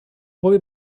boy